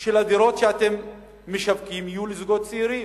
של הדירות שאתם משווקים יהיו לזוגות צעירים,